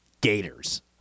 gators